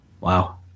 Wow